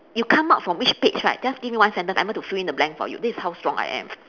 you come out from which page right just give me one sentence I'm able to fill in the blank for you this is how strong I am